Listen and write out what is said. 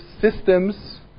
systems